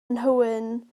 nhywyn